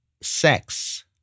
sex